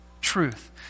truth